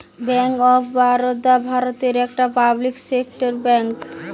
bank of Baroda ভারতের একটা public sector bank